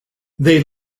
they